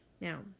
Now